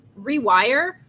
rewire